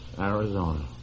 Arizona